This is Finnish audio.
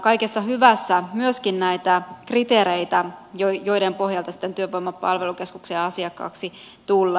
kaikessa hyvässä myöskin näitä kriteereitä joiden pohjalta sitten työvoiman palvelukeskuksen asiakkaaksi tullaan